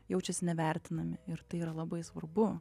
jaučiasi nevertinami ir tai yra labai svarbu